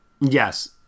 Yes